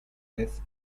vez